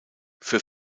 für